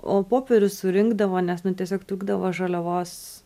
o popierius surinkdavo nes nu tiesiog trūkdavo žaliavos